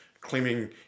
claiming